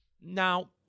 Now